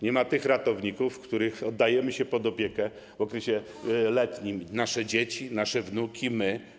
Nie ma tych ratowników, którym oddajemy się pod opiekę w okresie letnim - nasze dzieci, nasze wnuki, my.